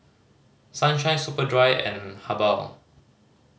Sunshine Superdry and Habhal